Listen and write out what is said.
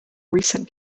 recent